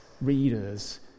readers